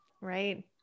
Right